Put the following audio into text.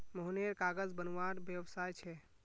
मोहनेर कागज बनवार व्यवसाय छे